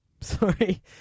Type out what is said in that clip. Sorry